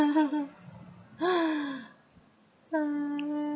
a'ah